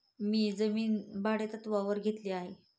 मी जमीन भाडेतत्त्वावर घेतली आहे